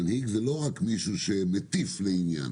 מנהיג זה לא רק מישהו שמטיף לעניין